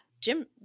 Jim